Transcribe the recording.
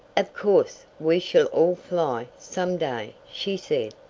of course, we shall all fly, some day, she said,